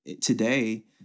today